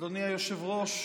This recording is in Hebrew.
אדוני היושב-ראש,